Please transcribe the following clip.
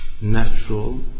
natural